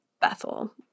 Bethel